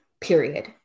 Period